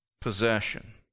possession